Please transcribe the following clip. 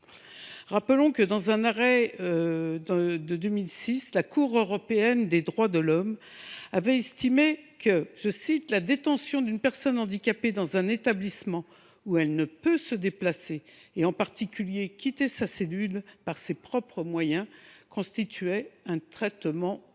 Rappelons que, dans un arrêt de 2006, la Cour européenne des droits de l’homme avait estimé que « la détention d’une personne handicapée dans un établissement où elle ne peut se déplacer et en particulier quitter sa cellule par ses propres moyens » constituait un « traitement dégradant